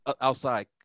outside